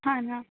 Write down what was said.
हां ना